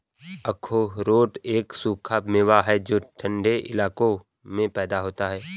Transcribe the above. अखरोट एक सूखा मेवा है जो ठन्डे इलाकों में पैदा होता है